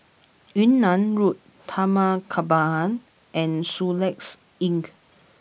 Yunnan Road Taman Kembangan and Soluxe Inn